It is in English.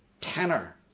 tenor